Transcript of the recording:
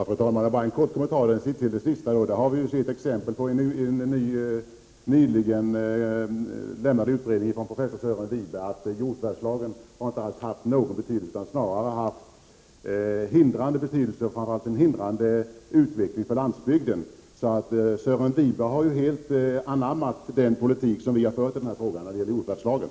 Fru talman! Bara en kort kommentar till det allra sista. Vi har sett i en nyligen avlämnad utredning från professor Sören Wibe, att jordförvärvslagen inte alls haft någon sådan betydelse. Snarare har den varit hindrande för utvecklingen av landsbygden. Sören Wibe har alltså helt anammat den politik som vi har fört i frågan om jordförvärvslagen.